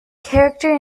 character